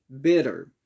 bitter